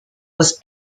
was